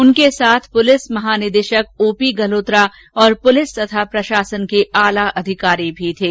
उनके साथ पुलिस महानिदेशक ओ पी गल्होत्रा और पुलिस तथा प्रशासन के आला अधिकारी भी साथ थे